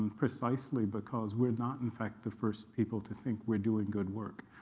precisely because we're not, in fact, the first people to think we're doing good work.